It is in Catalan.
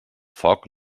foc